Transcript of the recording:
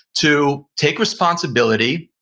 to take responsibility,